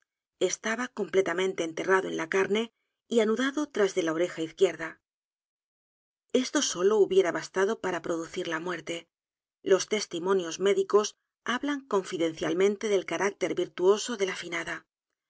estaba completamente enterrado en la carne y anudado t r a s de la oreja izquierda esto sólo hubiera bastado p a r a p r o d u c i r l a muerte los testimonios médicos hablan confidencialmente del carácter virtuoso de la finada